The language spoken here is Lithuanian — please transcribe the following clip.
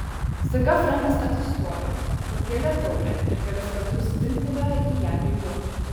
staiga frenkas atsistojo pakėlė taurę ir kelis kartus dzingtelėjo į ją peiliu